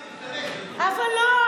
אבל הבעיה שהמשיכו להשתמש.